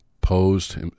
posed